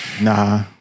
Nah